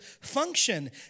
function